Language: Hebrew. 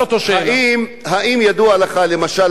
האם ידוע לך למשל מדוע,